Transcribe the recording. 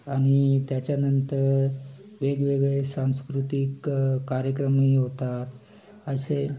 आणि त्याच्यानंतर वेगवेगळे सांस्कृतिक कार्यक्रमही होतात असे